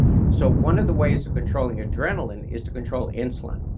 so one of the ways of controlling adrenaline is to control insulin,